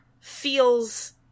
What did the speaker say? feels